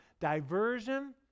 diversion